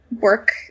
work